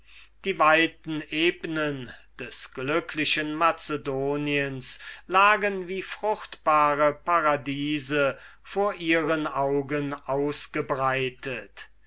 die weiten ebnen des glücklichen macedoniens lagen wie fruchtbare paradiese vor ihren augen ausgebreitet